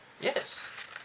Yes